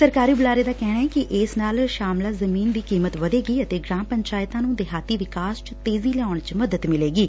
ਸਰਕਾਰੀ ਬੁਲਾਰੇ ਦਾ ਕਹਿਣੈ ਕਿ ਇਸ ਨਾਲ ਸ਼ਾਮਲਾ ਜ਼ਮੀਨ ਦੀ ਕੀਮਤ ਵਧੇਗੀ ਅਤੇ ਗ੍ਰਾਮ ਪੰਚਾਇਤਾਂ ਨੂੰ ਦੇਹਾਤੀ ਵਿਕਾਸ ਚ ਤੇਜ਼ੀ ਲਿਆਉਣ ਚ ਮਦਦ ਮਿਲੇਗੀ